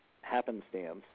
happenstance